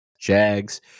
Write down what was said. Jags